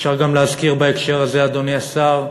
אפשר גם להזכיר בהקשר הזה, אדוני השר,